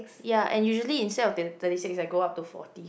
ya and usually instead of t~ thirty six I go up to forty